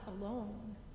alone